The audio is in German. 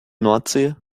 nordsee